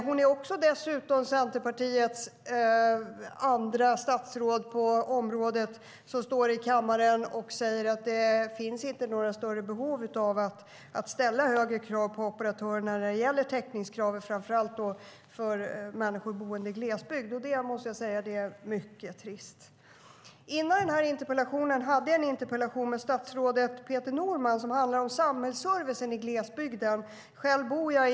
Hon är dessutom Centerpartiets andra statsråd på området som står i kammaren och säger att det inte finns några större behov av att ställa högre krav på operatörerna när det gäller täckningskraven, framför allt för människor boende i glesbygd. Jag måste säga att det är mycket trist. Före den här interpellationsdebatten hade jag en interpellationsdebatt med statsrådet Peter Norman som handlade om samhällsservicen i glesbygden.